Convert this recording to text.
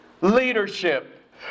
leadership